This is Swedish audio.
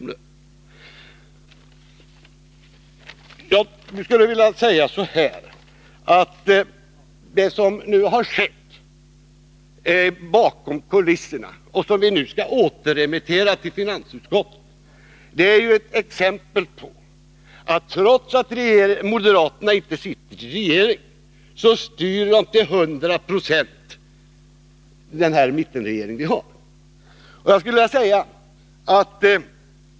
Det förslag som har utarbetats bakom kulisserna och som nu skall behandlas i utskottet är ett exempel på att moderaterna, trots att de inte sitter med i regeringen, styr den till 100 26.